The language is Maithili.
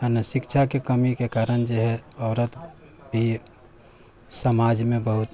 शिक्षाके कमीके कारण जे है औरत ई समाजमे बहुत